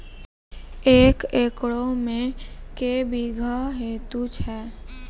एक एकरऽ मे के बीघा हेतु छै?